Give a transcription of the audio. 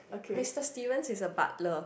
Mr Stevens is a butler